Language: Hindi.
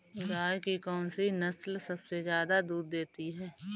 गाय की कौनसी नस्ल सबसे ज्यादा दूध देती है?